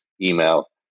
email